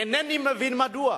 אינני מבין מדוע,